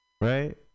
Right